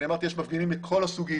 אמרתי שיש מפגינים מכל הסוגים,